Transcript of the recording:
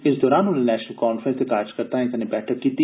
इस दौरान उनें नेशनल कांफ्रेंस दे कार्यकर्ताएं कन्नै बैठक कीती